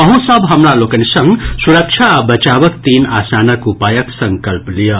अहूँ सभ हमरा लोकनि संग सुरक्षा आ बचावक तीन आसान उपायक संकल्प लियऽ